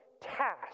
Task